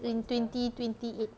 in twenty twenty eight